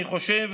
אני חושב